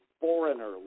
foreigner